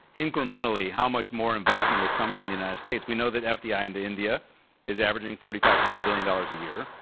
incrementally, how much more investment has come from the united states. we know that the fdi into india is averaging forty five fifty billion dollars a year.